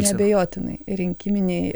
neabejotinai rinkiminėj